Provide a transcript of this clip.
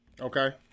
Okay